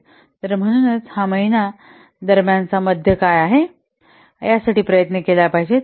तर म्हणूनच हा महिना दरम्यानचा मध्य काय आहे यासाठी प्रयत्न केला पाहिजे